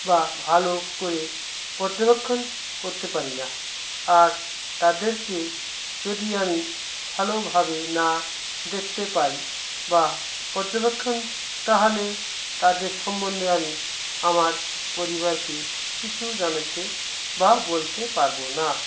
বা ভালো করে পর্যবেক্ষণ করতে পারি না আর তাদেরকে যদি আমি ভালোভাবে না দেখতে পাই বা পর্যবেক্ষণ তাহলে তাদের সম্বন্ধে আমি আমার পরিবারকে কিছু জানাতে বা বলতে পারবো না